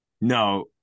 No